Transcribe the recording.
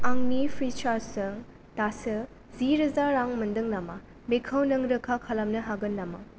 आंनि फ्रिसार्जजों दासो जिरोजा रां मोनदों नामा बेखौ नों रोखा खालामनो हागोन नामा